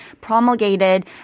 promulgated